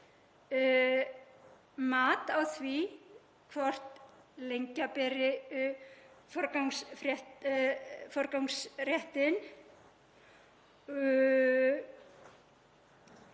mat á því hvort lengja beri forgangsréttinn.